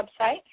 website